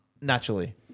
naturally